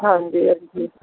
ਹਾਂਜੀ ਹਾਂਜੀ